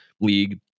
league